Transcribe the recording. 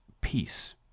Peace